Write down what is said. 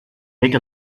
take